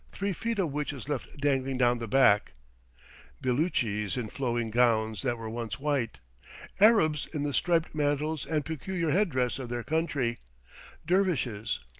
three feet of which is left dangling down the back beloochees in flowing gowns that were once white arabs in the striped mantles and peculiar headdress of their country dervishes,